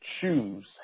Choose